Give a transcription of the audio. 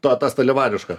ta tas talevariška